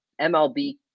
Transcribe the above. MLB